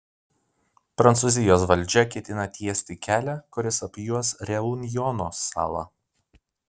prancūzijos valdžia ketina tiesti kelią kuris apjuos reunjono salą